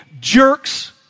jerks